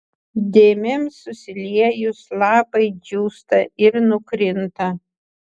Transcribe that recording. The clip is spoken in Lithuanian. dėmėms susiliejus lapai džiūsta ir nukrinta